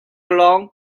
along